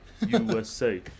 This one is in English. USA